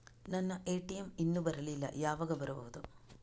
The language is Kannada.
ನನ್ನ ಎ.ಟಿ.ಎಂ ಇನ್ನು ಬರಲಿಲ್ಲ, ಯಾವಾಗ ಬರಬಹುದು?